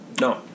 No